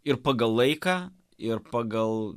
ir pagal laiką ir pagal